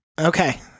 Okay